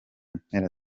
mpera